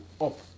up